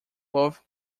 both